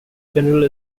general